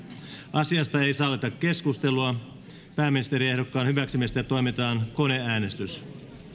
asiasta ei sallita keskustelua pääministeriehdokkaan hyväksymisestä toimitetaan koneäänestys